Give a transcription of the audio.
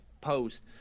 post